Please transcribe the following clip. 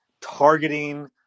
targeting